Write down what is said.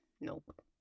Nope